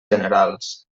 generals